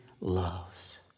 loves